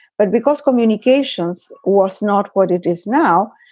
but because communications was not what it is now,